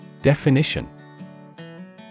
Definition